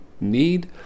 need